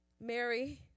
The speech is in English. Mary